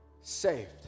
saved